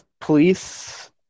police